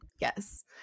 yes